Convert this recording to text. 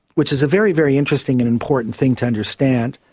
which is a very, very interesting and important thing to understand,